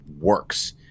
works